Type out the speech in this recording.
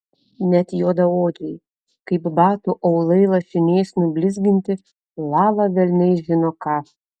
net juodaodžiai kaip batų aulai lašiniais nublizginti lala velniai žino ką